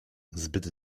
zbyt